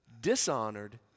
dishonored